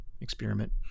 experiment